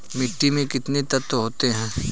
मिट्टी में कितने तत्व होते हैं?